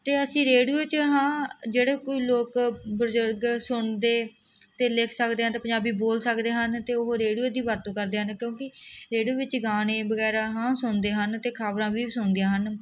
ਅਤੇ ਅਸੀਂ ਰੇਡੀਓ 'ਚ ਹਾਂ ਜਿਹੜੇ ਕੋਈ ਲੋਕ ਬਜ਼ੁਰਗ ਸੁਣਦੇ ਅਤੇ ਲਿਖ ਸਕਦੇ ਆ ਪੰਜਾਬੀ ਬੋਲ ਸਕਦੇ ਹਨ ਅਤੇ ਉਹ ਰੇਡੀਓ ਦੀ ਵਰਤੋਂ ਕਰਦੇ ਹਨ ਕਿਉਂਕਿ ਰੇਡੀਓ ਵਿੱਚ ਗਾਣੇ ਵਗੈਰਾ ਹਾਂ ਸੁਣਦੇ ਹਨ ਅਤੇ ਖਬਰਾਂ ਵੀ ਸੁਣਦੀਆਂ ਹਨ